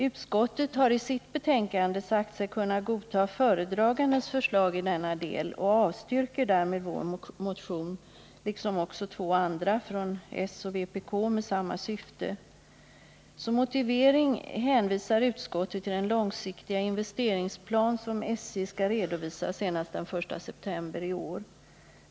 Utskottet har i sitt betänkande sagt sig kunna godta föredragandens förslag i denna del och avstyrker därmed vår motion liksom också två andra motioner, från s och vpk, med samma syfte. Som motivering hänvisar utskottet till den långsiktiga investeringsplan som SJ skall redovisa senast den 1 september i år.